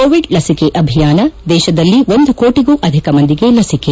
Covid ಲಸಿಕೆ ಅಭಿಯಾನ ದೇಶದಲ್ಲಿ ಒಂದು ಕೋಟಗೂ ಅಧಿಕ ಮಂದಿಗೆ ಲಸಿಕೆ